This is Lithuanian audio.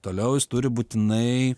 toliau jis turi būtinai